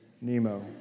Nemo